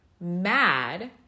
mad